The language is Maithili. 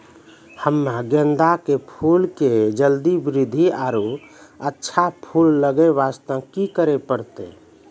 हम्मे गेंदा के फूल के जल्दी बृद्धि आरु अच्छा फूल लगय वास्ते की करे परतै?